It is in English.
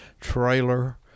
trailer